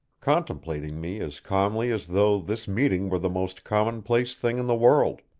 contemplating me as calmly as though this meeting were the most commonplace thing in the world.